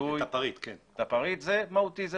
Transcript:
זה מהותי.